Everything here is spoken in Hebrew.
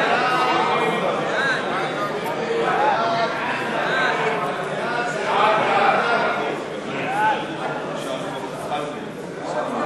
ההסתייגות של קבוצת סיעת מרצ לסעיף 35 לא נתקבלה.